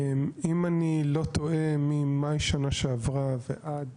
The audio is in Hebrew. אם אני לא טועה ממאי שנה שעברה ועד